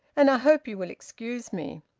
and i hope you will excuse me.